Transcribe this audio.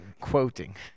Quoting